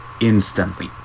instantly